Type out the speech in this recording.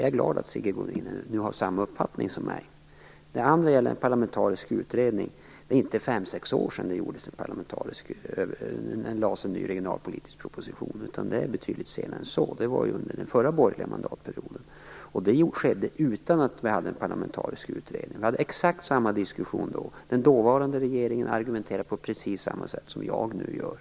Jag är glad att Sigge Godin nu har samma uppfattning som jag. Det andra som Sigge Godin tog upp gällde en parlamentarisk utredning. Det var inte fem sex år sedan det lades fram en ny regionalpolitisk proposition, utan det var betydligt senare än så, nämligen under den förra borgerliga perioden. Det skedde utan att vi hade en parlamentarisk utredning. Vi hade exakt samma diskussion då. Den dåvarande regeringen argumenterade på precis samma sätt som jag nu gör.